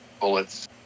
bullets